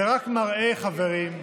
זה רק מראה, חברים,